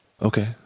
Okay